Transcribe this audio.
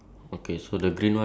like one of them